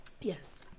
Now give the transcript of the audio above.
Yes